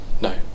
No